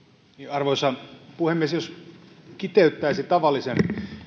arvoisa puhemies jos kiteyttäisi tavallisen